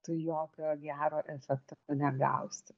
tu jokio gero efekto negausi